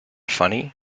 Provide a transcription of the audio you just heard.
funny